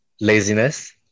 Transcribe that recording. Laziness